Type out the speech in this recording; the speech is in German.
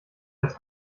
als